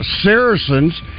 Saracens